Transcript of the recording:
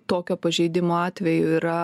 tokio pažeidimo atveju yra